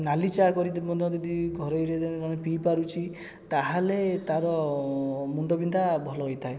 ନାଲି ଚାହା କରି ଯେପର୍ଯ୍ୟନ୍ତ ଯଦି ଘରୋଇରେ ଜଣେ ପିଇ ପାରୁଛି ତାହେଲେ ତାହାର ମୁଣ୍ଡବିନ୍ଧା ଭଲ ହୋଇଥାଏ